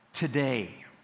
Today